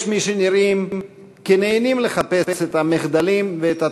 יש מי שנראים כנהנים לחפש את המחדלים ואת הטעויות,